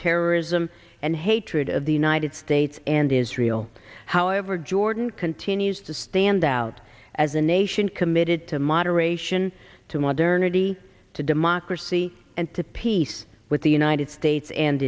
terrorism and hatred of the united states and israel however jordan continues to stand out as a nation committed to moderation to modernity to democracy and to peace with the united states and